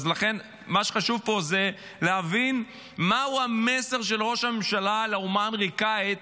אז לכן מה שחשוב פה זה להבין מהו המסר של ראש הממשלה לאומה האמריקאית